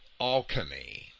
alchemy